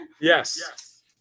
Yes